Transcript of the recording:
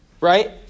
right